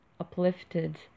uplifted